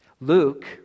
Luke